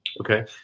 Okay